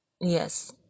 yes